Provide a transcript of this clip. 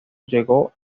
llegó